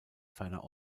ferner